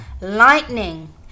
Lightning